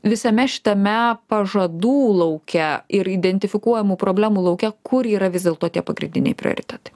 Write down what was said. visame šitame pažadų lauke ir identifikuojamų problemų lauke kur yra vis dėlto tie pagrindiniai prioritetai